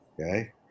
Okay